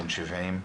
בן 70,